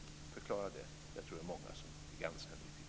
Förklara det! Jag tror att det är många som är ganska nyfikna.